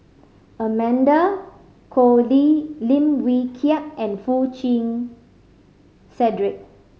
Amanda Koe Lee Lim Wee Kiak and Foo Chee Cedric